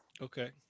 Okay